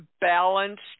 balanced